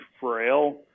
frail